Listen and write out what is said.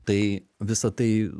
tai visa tai